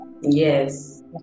Yes